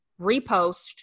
Repost